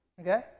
Okay